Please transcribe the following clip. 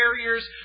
barriers